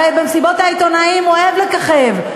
הרי במסיבות העיתונאים הוא אוהב לככב.